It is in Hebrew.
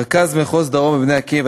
רכז מחוז דרום ב"בני עקיבא",